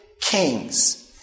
kings